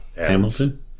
Hamilton